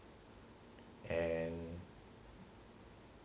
and